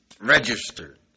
registered